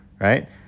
Right